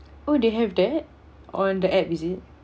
oh they have that on the app is it